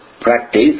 practice